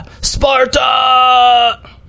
Sparta